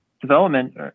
development